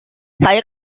saya